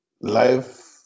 life